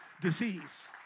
disease